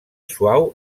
suau